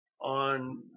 on